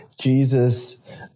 Jesus